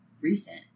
recent